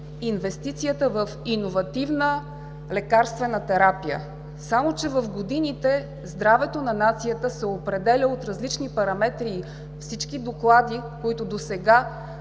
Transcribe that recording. инвестицията в иновативна лекарствена терапия. Само че в годините здравето на нацията се е определяло от различни параметри и всички доклади, които досега